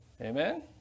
Amen